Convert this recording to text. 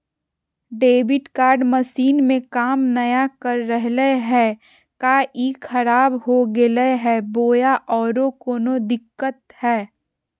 Debit card machine में काम नाय कर रहले है, का ई खराब हो गेलै है बोया औरों कोनो दिक्कत है?